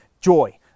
joy